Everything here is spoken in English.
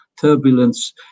turbulence